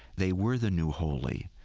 they were the new holy.